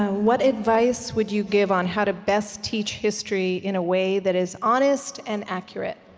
what advice would you give on how to best teach history in a way that is honest and accurate?